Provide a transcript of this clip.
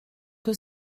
que